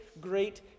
great